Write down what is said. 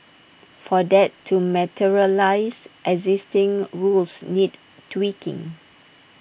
for that to materialise existing rules need tweaking